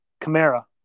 Camara